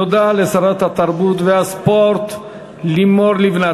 תודה לשרת התרבות והספורט לימור לבנת.